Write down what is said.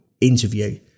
interview